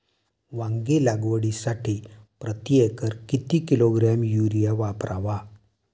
वांगी लागवडीसाठी प्रती एकर किती किलोग्रॅम युरिया वापरावा?